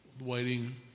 waiting